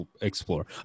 explore